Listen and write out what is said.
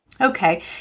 Okay